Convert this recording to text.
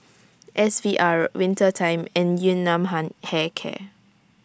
S V R Winter Time and Yun Nam Ham Hair Care